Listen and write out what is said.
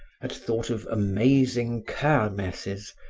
had thought of amazing kermesses,